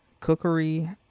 cookery